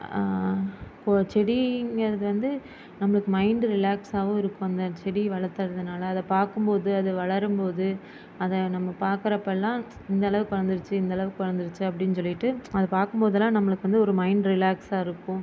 கொ செடிங்கிறது வந்து நம்மளுக்கு மைண்ட் ரிலாக்ஸாகவும் இருக்கும் அந்த செடி வளர்த்ததுனால அதை பார்க்கும் போது அது வளரும் போது அதை நம்ம பார்க்குறப்பலாம் இந்தளவுக்கு வளர்ந்துருச்சி இந்தளவுக்கு வளர்ந்துருச்சி அப்படின்னு சொல்லிட்டு அதை பார்க்கும் போதெலாம் நம்மளுக்கு வந்து ஒரு மைண்ட் ரிலாக்ஸாக இருக்கும்